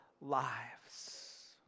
lives